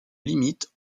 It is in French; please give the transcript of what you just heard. limitent